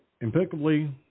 impeccably